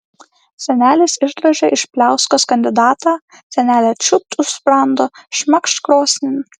senelis išdrožė iš pliauskos kandidatą senelė čiūpt už sprando šmakšt krosnin